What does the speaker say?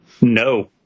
No